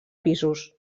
pisos